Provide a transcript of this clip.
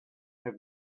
have